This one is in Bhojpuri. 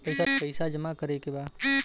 पैसा जमा करे के बा?